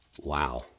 Wow